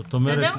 זאת אומרת,